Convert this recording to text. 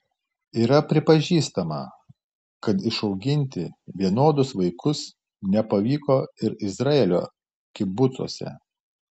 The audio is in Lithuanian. yra pripažįstama kad išauginti vienodus vaikus nepavyko ir izraelio kibucuose